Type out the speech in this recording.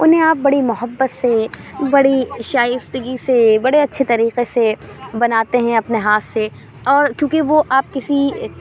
اُنہیں آپ بڑی محبت سے بڑی شائستگی سے بڑے اچھے طریقے سے بناتے ہیں اپنے ہاتھ سے اور کیونکہ وہ آپ کسی